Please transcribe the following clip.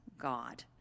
God